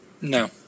No